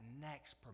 next